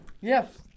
Yes